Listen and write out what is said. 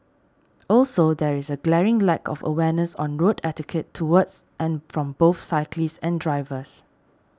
also there is a glaring lack of awareness on road etiquette towards and from both cyclists and drivers